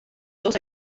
also